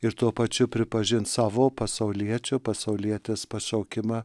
ir tuo pačiu pripažinti savo pasauliečių pasaulietės pašaukimą